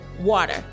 water